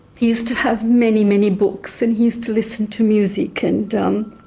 he used to have many, many books and he used to listen to music and um